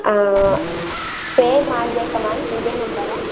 ಹಾಂ ಪೇ ಮಾಡಬೇಕಾ ಮ್ಯಾಮ್ ಇದೇ ನಂಬರಾ